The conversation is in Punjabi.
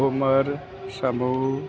ਉਮਰ ਸਮੂਹ